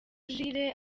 jules